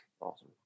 Awesome